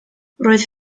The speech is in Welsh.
roedd